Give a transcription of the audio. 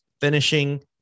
finishing